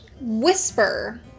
whisper